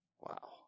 Wow